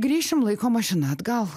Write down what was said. grįšim laiko mašina atgal